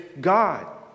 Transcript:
God